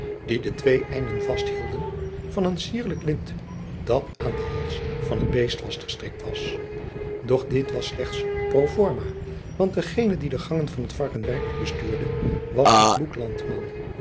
die de twee einden vasthielden van een cierlijk lint dat aan de hals van het beest vast gestrikt was doch dit was slechts pro forma want degene die de gangen van het varken werkelijk bestuurde was een kloek